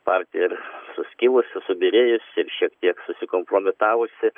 partija suskilusi subyrėjusi šiek tiek susikompromitavusi